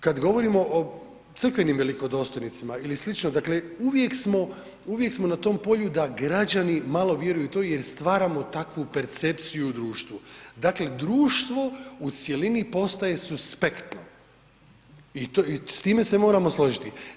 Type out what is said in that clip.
Kad govorimo o crkvenim velikodostojnicima ili sl., dakle, uvijek smo na tom polju da građani malo vjeruju u to jer stvaramo takvu percepciju u društvu, dakle, društvo u cjelini potaje suspektno i s time se moramo složiti.